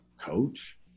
coach